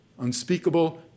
unspeakable